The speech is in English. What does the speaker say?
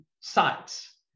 sites